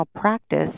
practice